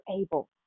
able